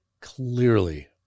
Clearly